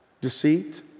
Deceit